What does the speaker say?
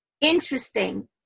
interesting